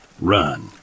Run